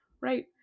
right